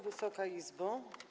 Wysoka Izbo!